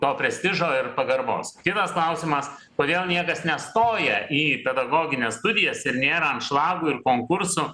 to prestižo ir pagarbos kitas klausimas kodėl niekas nestoja į pedagogines studijas ir nėra anšlagų ir konkursų